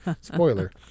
Spoiler